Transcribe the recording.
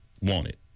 wanted